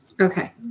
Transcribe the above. Okay